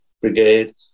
brigade